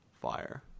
fire